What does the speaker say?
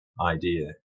idea